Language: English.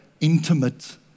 intimate